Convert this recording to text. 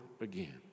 again